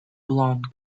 blonde